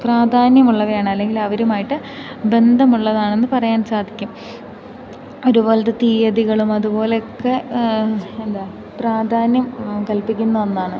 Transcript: പ്രാധാന്യമുള്ളവയാണ് അല്ലെങ്കിൽ അവരുമായിട്ട് ബന്ധമുള്ളതാണെന്നു പറയാൻ സാധിക്കും ഒരു പോലത്തെ തീയതികളും അതുപോലെയൊക്കെ എന്താ പ്രാധാന്യം കൽപ്പിക്കുന്ന ഒന്നാണ്